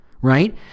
right